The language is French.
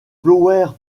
flower